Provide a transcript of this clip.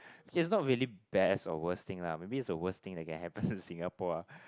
it's not really best or worst thing lah maybe it's the worst thing that can happens in Singapore ah